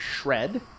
shred